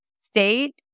state